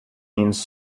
means